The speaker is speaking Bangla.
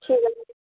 ঠিক আছে